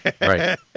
Right